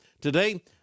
Today